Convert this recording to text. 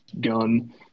gun